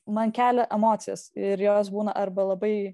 man kelia emocijas ir jos būna arba labai